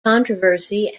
controversy